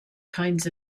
kinds